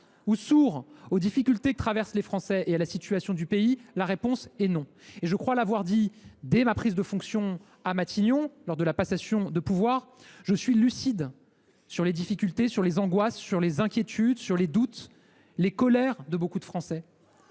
ou sourd aux difficultés que traversent les Français et à la situation du pays ? La réponse est non. Je crois l’avoir dit dès ma prise de fonction à Matignon, lors de la passation de pouvoir : je suis lucide sur les difficultés, les angoisses, les inquiétudes, les doutes et les colères de nombreux Français.